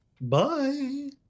Bye